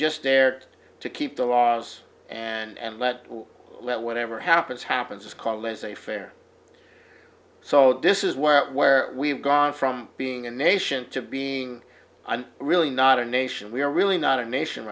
just aired to keep the laws and let let whatever happens happens it's called laissez faire so this is what where we've gone from being a nation to being i'm really not a nation we are really not a nation